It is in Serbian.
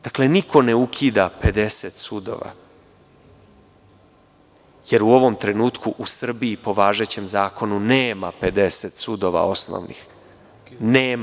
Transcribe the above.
Dakle, niko ne ukida 50 sudova, jer u ovom trenutku u Srbiji, po važećem zakonu, nema 50 osnovnih sudova.